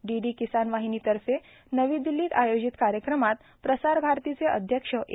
DD Kisan वाहिनीतर्फे नवी दिल्लीत आयोजित कार्यक्रमात प्रसारभारतीचे अध्यक्ष ए